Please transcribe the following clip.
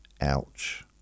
Ouch